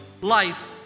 life